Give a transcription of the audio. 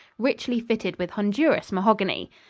richly fitted with honduras mahogany,